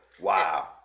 Wow